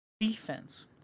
Defense